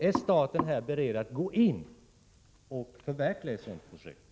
Är staten beredd att gå in och förverkliga ett sådant projekt?